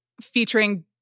featuring